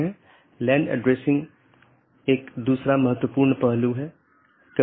इसलिए यह महत्वपूर्ण है और मुश्किल है क्योंकि प्रत्येक AS के पास पथ मूल्यांकन के अपने स्वयं के मानदंड हैं